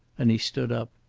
and he stood up.